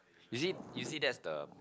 you see you see that's the